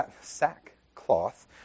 sackcloth